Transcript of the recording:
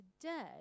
today